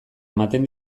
ematen